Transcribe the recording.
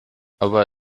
aber